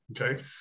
Okay